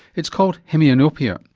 it's called hemianopia.